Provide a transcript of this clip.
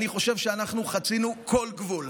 אני חושב שאנחנו חצינו כל גבול.